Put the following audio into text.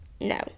no